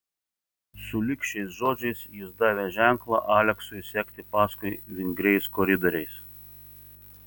sulig šiais žodžiais jis davė ženklą aleksui sekti paskui vingriais koridoriais